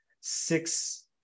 six